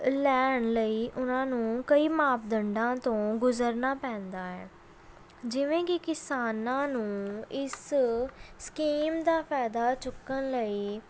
ਲੈਣ ਲਈ ਉਹਨਾਂ ਨੂੰ ਕਈ ਮਾਪਦੰਡਾਂ ਤੋਂ ਗੁਜਰਨਾ ਪੈਂਦਾ ਹੈ ਜਿਵੇਂ ਕਿ ਕਿਸਾਨਾਂ ਨੂੰ ਇਸ ਸਕੀਮ ਦਾ ਫਾਇਦਾ ਚੁੱਕਣ ਲਈ